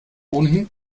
ohnehin